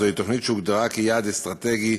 זוהי תוכנית שהוגדרה כיעד אסטרטגי,